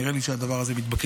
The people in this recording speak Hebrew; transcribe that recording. נראה לי שהדבר הזה מתבקש.